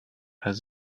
has